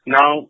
Now